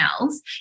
else